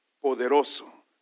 poderoso